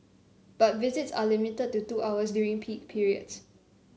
but visits are limited to two hours during peak periods